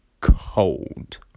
cold